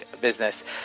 business